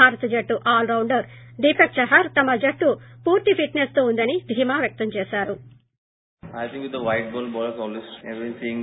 భారత్ జట్టు all rounder Deepak Chahar తమ జట్టు పూర్తి ఫిట్నె స్ తో వుందని ధీమా వ్యక్తం చేశారు